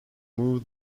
moved